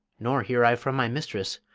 nor hear i from my mistress,